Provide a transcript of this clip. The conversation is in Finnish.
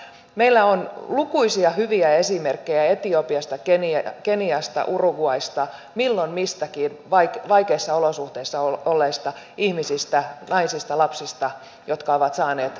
meillä on lukuisia hyviä esimerkkejä etiopiasta keniasta uruguaysta milloin mistäkin vaikeissa olosuhteissa olleista ihmisistä naisista lapsista jotka ovat saaneet parempaa elämää